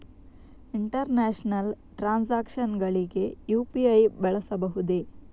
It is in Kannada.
ಇಂಟರ್ನ್ಯಾಷನಲ್ ಟ್ರಾನ್ಸಾಕ್ಷನ್ಸ್ ಗಳಿಗೆ ಯು.ಪಿ.ಐ ಬಳಸಬಹುದೇ?